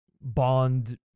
bond